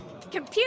Computer